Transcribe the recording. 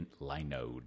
Linode